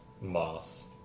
moss